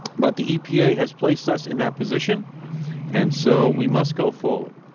but the epa has placed us in that position and so we must go forward.